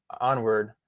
onward